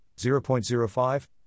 0.05